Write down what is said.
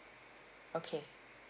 okay